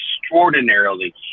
extraordinarily